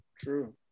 True